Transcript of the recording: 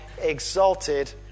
exalted